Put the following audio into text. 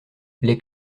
les